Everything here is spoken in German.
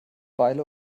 beile